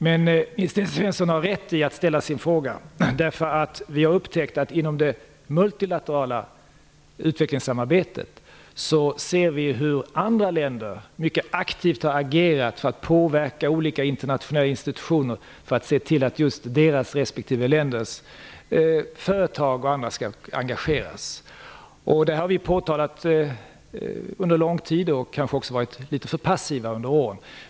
Men Nils T Svensson gör rätt i att ställa sin fråga - vi har nämligen inom det multilaterala utvecklingssamarbetet sett hur andra länder har agerat mycket aktivt för att påverka olika internationella institutioner för att just deras respektive länders företag och liknande skall engageras. Detta har vi påtalat under lång tid, och vi har under årens lopp kanske också varit litet för passiva.